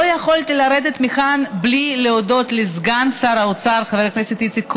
לא יכולתי לרדת מכאן בלי להודות לסגן שר האוצר חבר הכנסת איציק כהן,